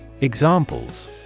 Examples